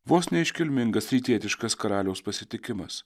vos ne iškilmingas rytietiškas karaliaus pasitikimas